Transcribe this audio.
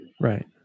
Right